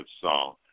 song